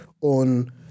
on